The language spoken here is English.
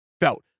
felt